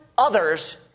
Others